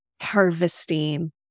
harvesting